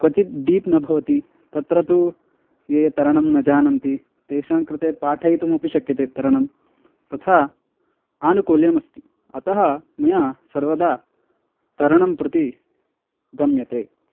क्वचित् डीप् न भवति तत्र तु ये तरणं जानन्ति तेषां कृते पाठयितुमपि शक्यते तरणं तथा आनुकूल्यमस्ति अतः मया सर्वदा तरणं प्रति गम्यते